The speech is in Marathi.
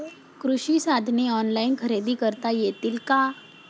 कृषी साधने ऑनलाइन खरेदी करता येतील का?